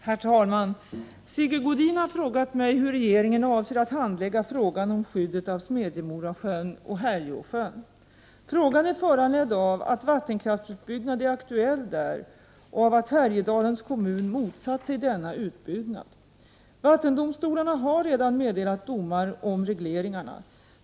Herr talman! Sigge Godin har frågat mig hur regeringen avser att handlägga frågan om skyddet av Smedjemorasjön och Härjeåsjön. Frågan är föranledd av att vattenkraftsutbyggnad är aktuell där och av att Härjedalens kommun motsatt sig denna utbyggnad. Vattendomstolarna har redan meddelat domar om regleringarna.